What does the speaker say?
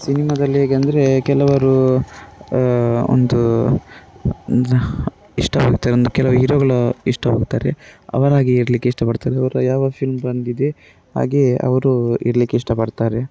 ಸಿನಿಮದಲ್ಲಿ ಹೇಗೆಂದರೆ ಕೆಲವರು ಒಂದು ರ ಇಷ್ಟವಾಗುತ್ತೆ ಒಂದು ಕೆಲವು ಹೀರೋಗಳು ಇಷ್ಟವಾಗುತ್ತಾರೆ ಅವರಾಗೇ ಇರಲಿಕ್ಕೆ ಇಷ್ಟಪಡ್ತಾರೆ ಅವರ ಯಾವ ಫಿಲ್ಮ್ ಬಂದಿದೆ ಹಾಗೆಯೇ ಅವರು ಇರ್ಲಿಕ್ಕೆ ಇಷ್ಟಪಡ್ತಾರೆ